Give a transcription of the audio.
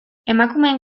emakumeen